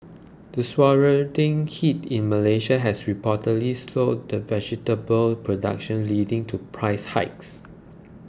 the heat in Malaysia has reportedly slowed the vegetable production leading to price hikes